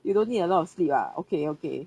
you don't need a lot of sleep ah okay okay